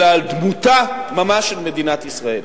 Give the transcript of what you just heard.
אלא על דמותה ממש של מדינת ישראל.